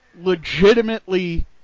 legitimately